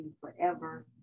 forever